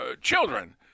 children